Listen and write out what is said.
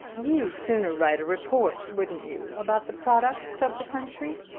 you'd sooner write a report wouldn't you about the products of the country?